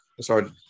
sorry